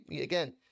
again